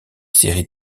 séries